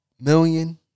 million